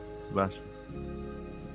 sebastian